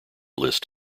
list